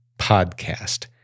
podcast